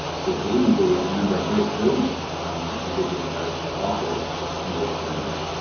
so presumably, a number of those those individuals are are also english learners.